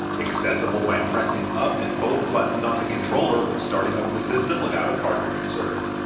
accessible by pressing up and both buttons on the controller when starting up the system without a cartridge inserted.